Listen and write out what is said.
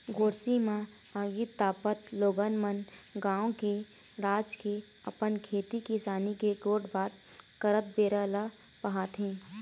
गोरसी म आगी तापत लोगन मन गाँव के, राज के, अपन खेती किसानी के गोठ बात करत बेरा ल पहाथे